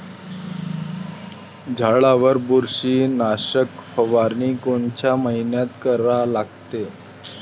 झाडावर बुरशीनाशक फवारनी कोनच्या मइन्यात करा लागते?